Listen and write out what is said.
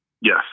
yes